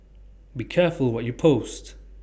be careful what you post